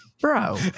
Bro